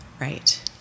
Right